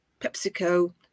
PepsiCo